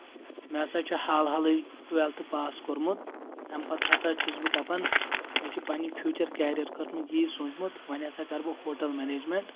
مےٚ ہسا چھُ حالہٕ حالٕے ٹُویٚلتھٕ پاس کوٚرمُت امہِ پتہٕ ہسا چھُس بہٕ دپان مےٚ چھُ پننہِ فیوٗچر کیریر خٲطرٕ یٖی سوٗنٛچمُت وۄنۍ ہسا کرٕ بہٕ ہوٹل مینیٚجمینٛت